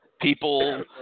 People